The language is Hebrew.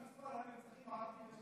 מה המספר של הנרצחים הערבים?